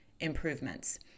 improvements